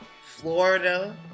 Florida